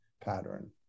pattern